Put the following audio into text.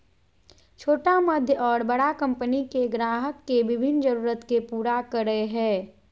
छोटा मध्य और बड़ा कंपनि के ग्राहक के विभिन्न जरूरत के पूरा करय हइ